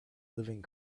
living